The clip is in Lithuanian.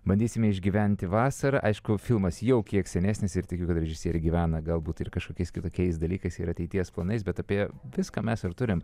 bandysime išgyventi vasarą aišku filmas jau kiek senesnis ir tikiu kad režisierė gyvena galbūt ir kažkokiais kitokiais dalykais ir ateities planais bet apie viską mes ir turim